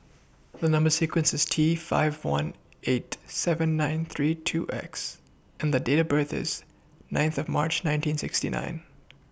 The Number sequence IS T five one eight seven nine three two X and Date of birth IS ninth of March nineteen sixty nine